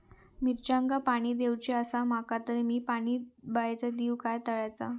मिरचांका पाणी दिवचा आसा माका तर मी पाणी बायचा दिव काय तळ्याचा?